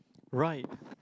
right